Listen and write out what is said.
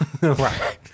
Right